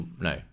No